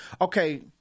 Okay